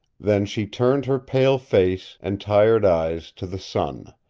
then she turned her pale face and tired eyes to the sun,